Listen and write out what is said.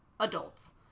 Adults